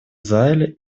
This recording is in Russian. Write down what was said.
зале